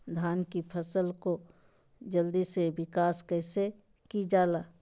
धान की फसलें को जल्दी से विकास कैसी कि जाला?